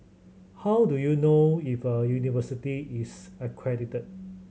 how do you know if a university is accredited